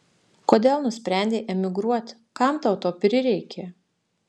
kodėl nusprendei emigruoti kam tau to prireikė